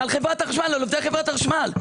על עובדי חברת החשמל,